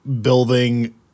building